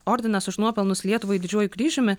ordinas už nuopelnus lietuvai didžiuoju kryžiumi